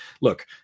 Look